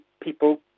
people